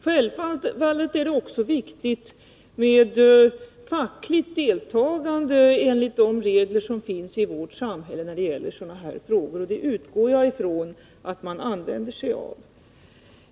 Självfallet är det också viktigt med fackligt deltagande enligt de regler som finns i vårt samhälle när det gäller sådana här frågor, och det utgår jag ifrån att man använder sig av.